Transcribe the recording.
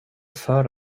för